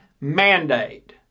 mandate